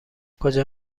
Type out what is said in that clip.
کجا